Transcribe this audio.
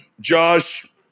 Josh